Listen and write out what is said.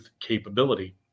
capability